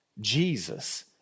Jesus